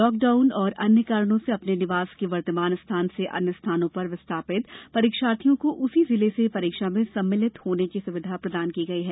lockdown और अन्य कारणों से अपने निवास के वर्तमान स्थान से अन्य स्थानों पर विस्थापित परीक्षार्थियों को उसी जिले से परीक्षा में सम्मिलित होने की सुविधा प्रदान की गई है